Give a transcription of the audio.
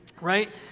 right